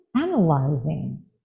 analyzing